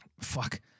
fuck